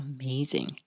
amazing